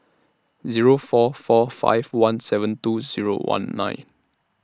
Zero four four five one seven two Zero one nine